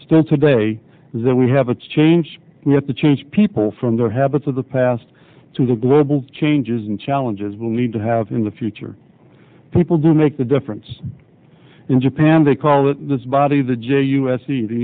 stand today is that we have a change we have to change people from their habits of the past to the global changes and challenges will need to have in the future people do make the difference in japan they call it this body the j u s